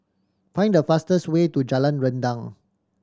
find the fastest way to Jalan Rendang